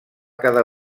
cada